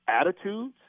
attitudes